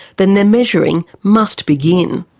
then the measuring must begin.